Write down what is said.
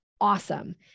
awesome